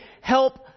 help